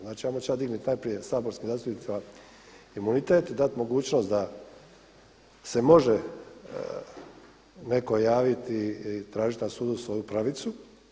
Znač ajmo ća dignut najprije saborskim zastupnicima imunitet, dat mogućnost da se može neko javiti i tražiti na sudu svoju pravicu.